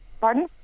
Pardon